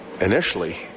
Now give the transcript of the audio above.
initially